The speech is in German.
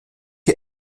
ihr